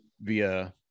via